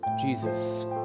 Jesus